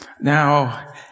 Now